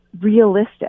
realistic